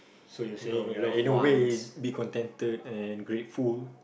so you're saying in a way be contented and grateful